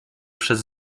przez